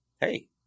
hey